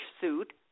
suit